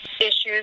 issues